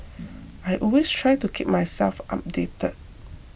I always try to keep myself updated